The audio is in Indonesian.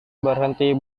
berhenti